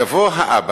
יבוא האבא,